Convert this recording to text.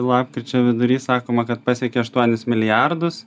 lapkričio vidury sakoma kad pasiekė aštuonis milijardus